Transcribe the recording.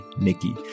Nikki